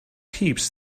heaps